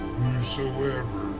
whosoever